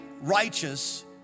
righteous